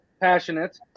passionate